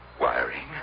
Wiring